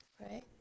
right